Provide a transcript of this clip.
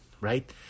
right